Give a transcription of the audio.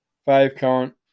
Five-count